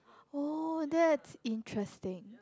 oh that's interesting